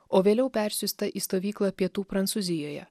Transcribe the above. o vėliau persiųsta į stovyklą pietų prancūzijoje